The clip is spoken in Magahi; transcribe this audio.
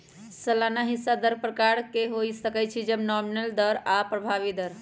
सलाना हिस्सा दर प्रकार के हो सकइ छइ नॉमिनल दर आऽ प्रभावी दर